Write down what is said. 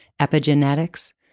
epigenetics